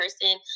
person